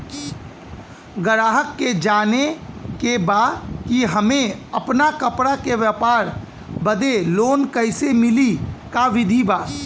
गराहक के जाने के बा कि हमे अपना कपड़ा के व्यापार बदे लोन कैसे मिली का विधि बा?